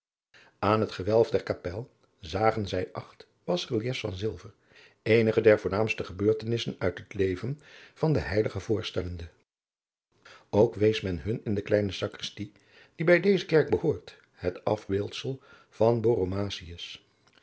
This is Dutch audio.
aan het gewelf der kapel zagen zij acht basreliefs van zilver eenige der voornaamste gebeurtenissen uit het leven van den heilig voorstellende ook wees men hun in de kleine sacristij die bij deze kerk behoort het afbeeldsel van